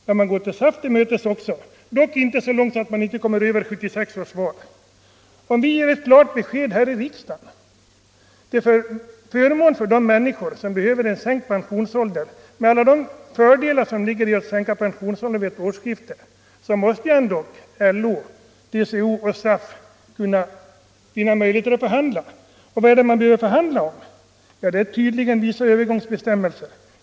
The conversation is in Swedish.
Men man går SAF till mötes också, dock inte så långt att man kommer över 1976 års val. Om vi ger ett klart besked här i riksdagen när pensionsåldern skall sänkas måste ju LO, TCO och SAF finna möjligheter att förhandla. Vad är det man behöver förhandla om? Ja, det är tydligen vissa övergångsbestämmelser.